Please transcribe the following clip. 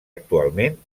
actualment